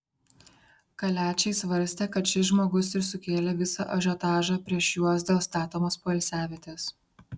kaliačiai svarstė kad šis žmogus ir sukėlė visą ažiotažą prieš juos dėl statomos poilsiavietės